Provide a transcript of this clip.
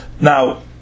now